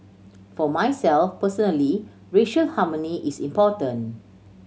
for myself personally racial harmony is important